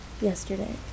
yesterday